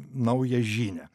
naują žinią